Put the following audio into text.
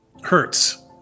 hurts